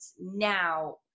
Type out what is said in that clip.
now